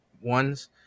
ones